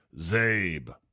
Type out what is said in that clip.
Zabe